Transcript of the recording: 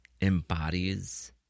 embodies